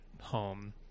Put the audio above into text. home